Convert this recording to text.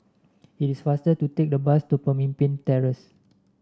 it is faster to take the bus to Pemimpin Terrace